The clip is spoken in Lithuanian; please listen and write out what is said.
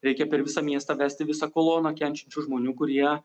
reikia per visą miestą vesti visą koloną kenčiančių žmonių kurie